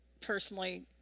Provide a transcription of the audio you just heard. personally